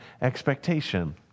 expectation